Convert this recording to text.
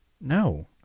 No